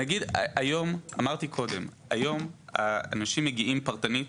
אמרתי קודם שהיום אנשים מגיעים פרטנית.